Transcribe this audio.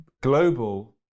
global